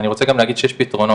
אני רוצה גם להגיד שיש פתרונות.